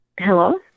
Hello